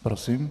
Prosím.